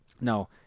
No